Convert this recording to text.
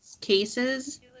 cases